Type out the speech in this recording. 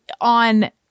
on –